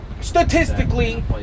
statistically